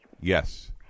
Yes